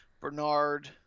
bernard